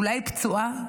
אולי פצועה,